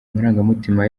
amarangamutima